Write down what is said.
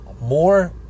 more